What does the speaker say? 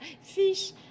fish